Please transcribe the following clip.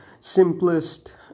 simplest